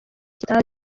kitazwi